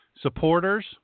supporters